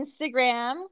Instagram